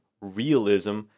realism